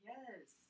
Yes